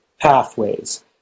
pathways